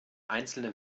einzelne